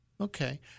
Okay